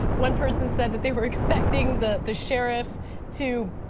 one person said that they were expecting the the share of two,